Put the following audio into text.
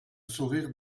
sourire